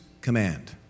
command